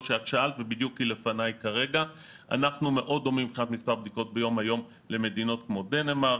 אנחנו מאוד דומים מבחינת מספר בדיקות ביום היום למדינות כמו דנמרק,